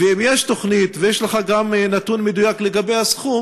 ואם יש תוכנית ויש לך גם נתון מדויק על הסכום,